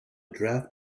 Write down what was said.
draft